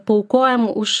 paaukojam už